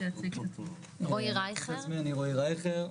אני רועי רייכר,